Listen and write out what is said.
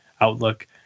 outlook